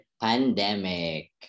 pandemic